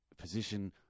Position